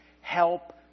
help